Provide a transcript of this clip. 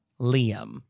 liam